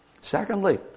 secondly